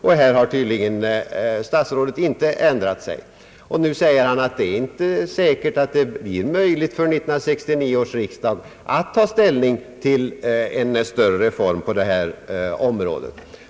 I detta fall har statsrådet tydligen inte ändrat uppfattning. Nu framhåller han, att det inte är säkert att det blir möjligt för 1969 års riksdag att ta ställning till en större reform på detta område.